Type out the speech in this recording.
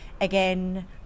again